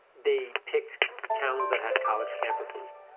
they picked towns that had college campuses,